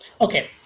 Okay